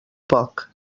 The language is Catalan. poc